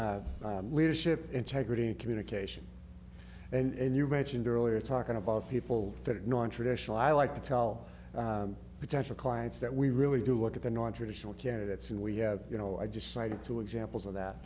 say leadership integrity and communication and you mentioned earlier talking about people that nontraditional i like to tell potential clients that we really do look at the not traditional candidates and we have you know i just cited two examples of that